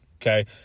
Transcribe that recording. Okay